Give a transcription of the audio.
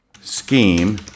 Scheme